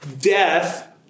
death